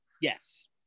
Yes